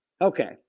Okay